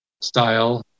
style